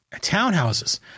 townhouses